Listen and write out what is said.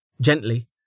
Gently